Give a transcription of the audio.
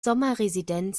sommerresidenz